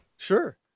Sure